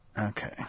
Okay